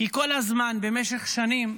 כי כל הזמן, במשך שנים,